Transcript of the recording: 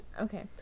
Okay